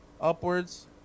upwards